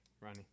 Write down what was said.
Ronnie